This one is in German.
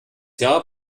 jahr